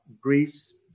Greece